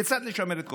כיצד לשמר את כוחו,